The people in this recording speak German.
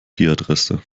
adresse